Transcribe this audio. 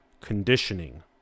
conditioning